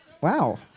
Wow